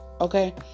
Okay